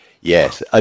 Yes